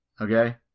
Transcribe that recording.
okay